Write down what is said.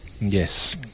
Yes